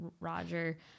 Roger